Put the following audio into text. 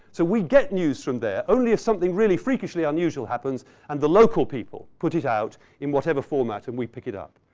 so, we get news from there only if something really freakishly unusual happens and the local people put it out in whatever format and we pick it up.